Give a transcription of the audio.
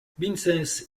vicens